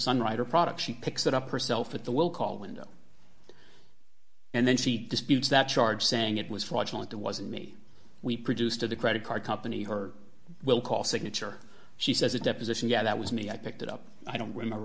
sun writer product she picks it up herself at the will call window and then she disputes that charge saying it was fraudulent it wasn't me we produce to the credit card company or we'll call signature she says a deposition yeah that was me i picked it up i don't remember